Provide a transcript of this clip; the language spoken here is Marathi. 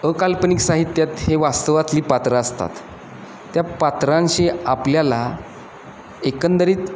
अकाल्पनिक साहित्यात हे वास्तवातली पात्रं असतात त्या पात्रांशी आपल्याला एकंदरीत